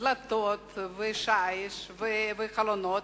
דלתות ושיש וחלונות,